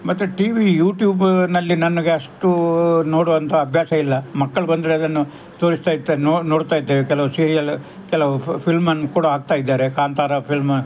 ಮತ್ತೆ TV ಯೂಟ್ಯೂಬಿನಲ್ಲಿ ನನಗೆ ಅಷ್ಟು ನೋಡುವಂತ ಅಭ್ಯಾಸ ಇಲ್ಲ ಮಕ್ಕಳು ಬಂದರೆ ಅದನ್ನು ತೋರಿಸ್ತಾಯಿರ್ತಾರೆ ನೋಡುತ್ತಾಯಿದ್ದೇವೆ ಕೆಲವು ಸೀರಿಯಲ್ ಕೆಲವು ಫ್ ಫಿಲ್ಮನ್ನು ಕೂಡ ಹಾಕ್ತಾಯಿದ್ದಾರೆ ಕಾಂತಾರ ಫಿಲ್ಮ್